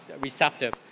receptive